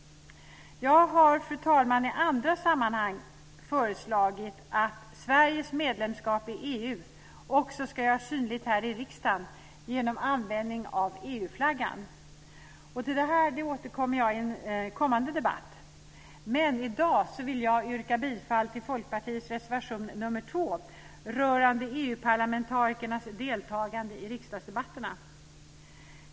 Fru talman! Jag har i andra sammanhang föreslagit att Sveriges medlemskap i EU också ska göras synligt här i riksdagen genom användning av EU flaggan. Jag återkommer till det i en kommande debatt. Men i dag vill jag yrka bifall till Folkpartiets reservation nr 2 rörande EU-parlamentarikernas deltagande i riksdagsdebatterna.